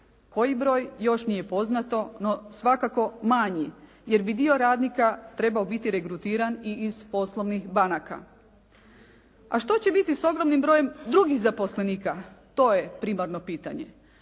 Koji broj još nije poznato no svakako manji jer bi dio radnika trebao biti regrutiran i iz poslovnih banaka. A što će biti s ogromnim brojem drugih zaposlenika? To je primarno pitanje.